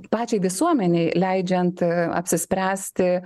pačiai visuomenei leidžiant apsispręsti